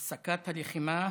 הפסקת הלחימה,